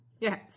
Yes